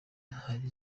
hari